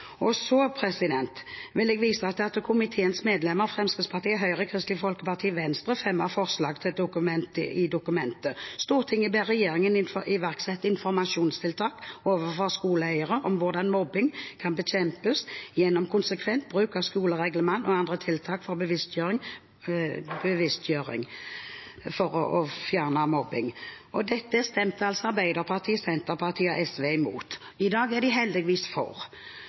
Så vil jeg vise til at komiteens medlemmer fra Fremskrittspartiet, Høyre, Kristelig Folkeparti og Venstre fremmet forslag i dokumentet: «Stortinget ber Regjeringen iverksette informasjonstiltak overfor skoleeiere om hvordan mobbing kan bekjempes gjennom konsekvent bruk av skolereglement og andre tiltak for bevisstgjøring Dette stemte Arbeiderpartiet, Senterpartiet og SV imot. I dag er de heldigvis for.